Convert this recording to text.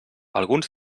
alguns